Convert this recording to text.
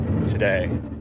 today